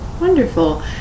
Wonderful